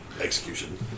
execution